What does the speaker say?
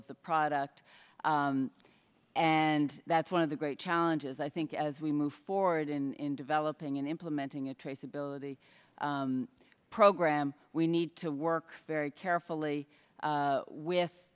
of the product and that's one of the great challenges i think as we move forward in developing and implementing a traceability program we need to work very carefully with